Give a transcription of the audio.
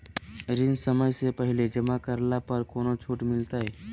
ऋण समय से पहले जमा करला पर कौनो छुट मिलतैय?